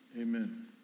Amen